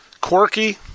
quirky